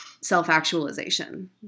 self-actualization